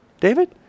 David